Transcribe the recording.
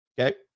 Okay